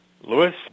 Lewis